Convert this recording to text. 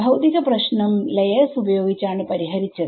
ഭൌതിക പ്രശ്നം ലയെർസ്ഉപയോഗിചാണ് പരിഹരിച്ചത്